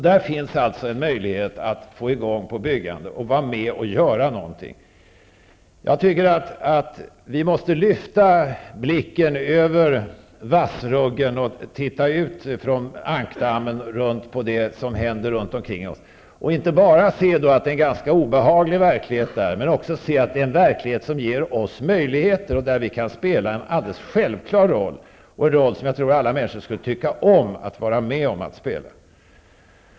Där finns alltså en möjlighet att få i gång byggande och vara med om att göra någonting. Vi måste lyfta blicken över vassruggen och titta ut från ankdammen på det som händer runt omkring oss. Vi skall inte bara se att det är en ganska obehaglig verklighet där, utan också se att det är en verklighet som ger oss möjligheter, och där vi kan spela en alldeles självklar roll -- och en roll som jag tror att alla människor skulle tycka om att vara med om att spela.